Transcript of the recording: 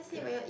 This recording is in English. okay